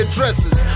dresses